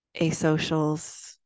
asocials